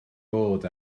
bod